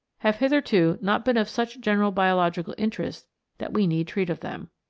have hitherto not been of such general biological interest that we need treat of them.